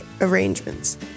arrangements